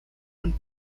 und